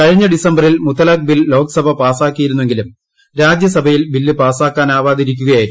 കഴിഞ്ഞ ഡിസംബറിൽ മുത്തലാഖ് ബിൽ ലോക്സഭ പാസാക്കിയിരുന്നെങ്കിലും ബില്ല് പാസാക്കാനാവാതിരിക്കുകയായിരുന്നു